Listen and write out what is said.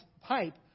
pipe